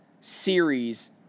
series